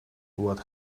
what